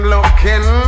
Looking